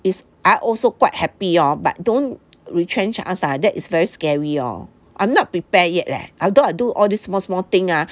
is I also quite happy ah but don't retrench us ah that is very scary lor I'm not prepare yet leh although I do all this small small thing ah